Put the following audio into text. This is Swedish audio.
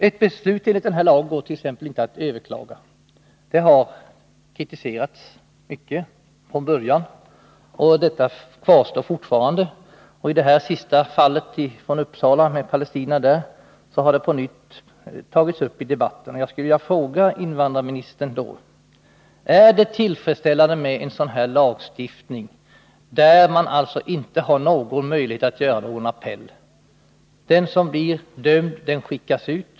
Ett beslut enligt denna lag går t.ex. inte att överklaga. Detta har kritiserats mycket från början, men kvarstår fortfarande. Vid det senast inträffade fallet —- palestinierna i Uppsala — har frågan på nytt tagits upp i debatten. Jag skulle vilja fråga invandrarministern: Är det tillfredsställande med en lagstiftning där den anklagade inte har någon möjlighet att göra appell? Den som blir dömd skickas ut.